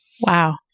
Wow